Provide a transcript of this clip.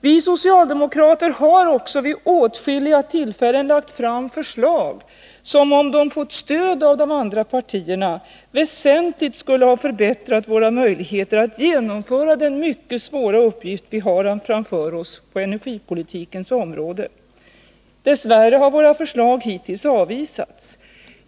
Vi socialdemokrater har också vid åtskilliga tillfällen lagt fram förslag, som —- om de fått stöd av de andra partierna — väsentligt skulle ha förbättrat våra möjligheter att genomföra den mycket svåra uppgift vi har framför oss på energipolitikens område. Dess värre har våra förslag hittills avvisats.